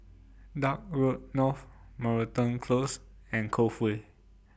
Dock Road North Moreton Close and Cove Way